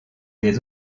des